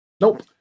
Nope